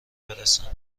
برسن